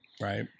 Right